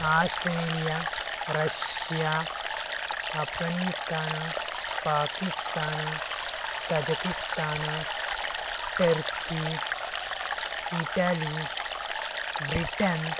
Australia Russia Afghanistan Pakistan Tajikistan turkey Italy Britain